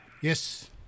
Yes